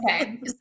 Okay